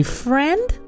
friend